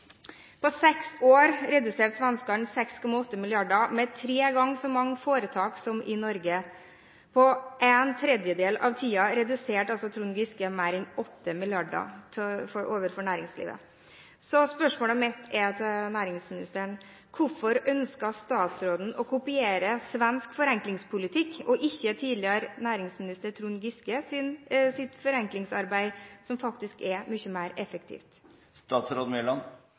På seks år reduserte svenskene – med tre ganger så mange foretak som Norge – 6,8 mrd. kr. På en tredjedel av tiden reduserte Trond Giske mer enn 5 mrd. kr for næringslivet. Spørsmålet mitt til næringsministeren er: Hvorfor ønsker statsråden å kopiere svensk forenklingspolitikk og ikke tidligere næringsminister Trond Giskes forenklingsarbeid, som er mye mer